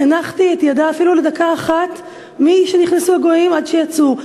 הנחתי את ידה אפילו לדקה אחת משנכנסו הגויים עד שיצאו.